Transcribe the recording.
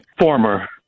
Former